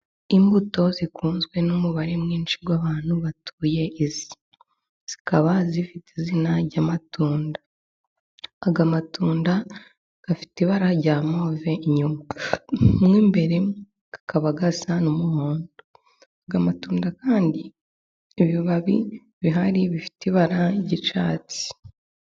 Imbuto zikunzwe n'umubare mwinshi w'abantu batuye, aya akaba afite izina ry'amatunda. Aya matunda afite ibara rya move inyuma, mo imbere akaba asa n'umuhondo. Aya matunda kandi ibibabi bihari bifite ibara ry'icyatsi.